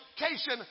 education